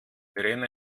verena